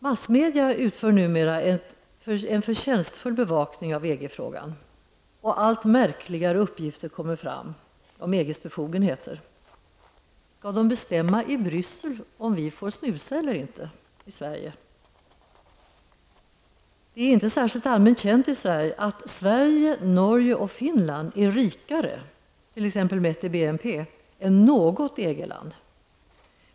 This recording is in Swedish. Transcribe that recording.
Massmedia utför numera en förtjänstfull bevakning av EG-frågan, och allt märkligare uppgifter kommer fram om EGs befogenheter. Skall de i Bryssel bestämma om vi får snusa eller ej i Sverige? Det är inte särskilt allmänt känt i Sverige att Sverige, Norge och Finland är rikare mätt i BNP än något EG-land.